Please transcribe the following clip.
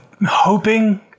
hoping